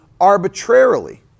arbitrarily